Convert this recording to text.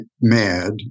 MAD